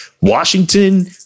Washington